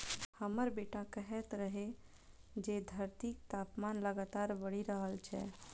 हमर बेटा कहैत रहै जे धरतीक तापमान लगातार बढ़ि रहल छै